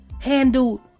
handled